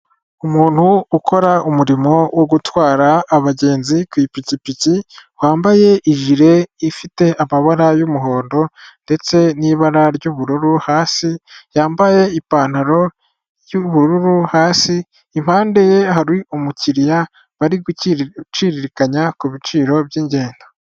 Umuntu ukora umurimo wo gutwara abagenzi ku ipikipiki wambaye ijire ifite amabara y'umuhondo ndetse n'ibara ry'ubururu hasi yambaye ipantaro y'ubururu hasi impande ye hari umukiriya bari guciririkanya kubiciro by'ingendo.